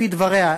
לפי דבריה,